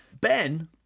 Ben